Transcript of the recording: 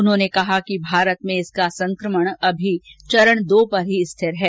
उन्होंने कहा कि भारत में इसका संक्रमण अभी चरण दो पर ही स्थिर है